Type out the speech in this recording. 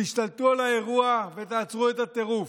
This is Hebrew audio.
תשתלטו על האירוע ותעצרו את הטירוף.